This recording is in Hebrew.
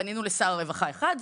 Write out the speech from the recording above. פנינו לשר רווחה אחד.